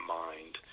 mind